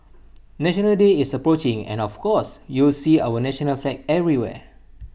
National Day is approaching and of course you'll see our national flag everywhere